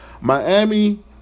Miami